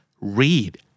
Read